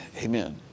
Amen